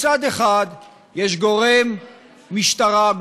מצד אחד יש גורם משטרה,